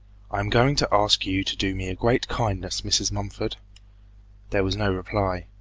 i am going to ask you to do me a great kindness, mrs. mumford there was no reply.